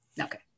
okay